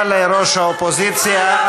תודה לראש האופוזיציה.